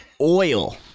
oil